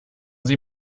sie